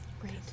Great